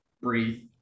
breathe